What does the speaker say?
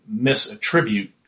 misattribute